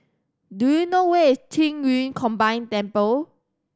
do you know where is Qing Yun Combined Temple